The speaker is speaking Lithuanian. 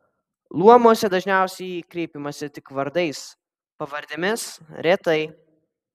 luomuose dažniausiai kreipiamasi tik vardais pavardėmis retai